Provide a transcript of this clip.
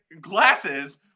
glasses